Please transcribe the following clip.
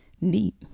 neat